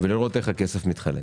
ולראות איך הכסף מתחלק.